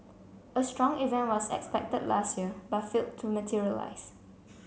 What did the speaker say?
a strong event was expected last year but failed to materialise